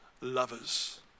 lovers